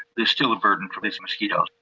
there's still a burden from this mosquito.